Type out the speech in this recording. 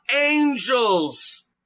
angels